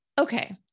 Okay